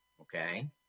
Okay